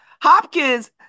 Hopkins